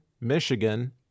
Michigan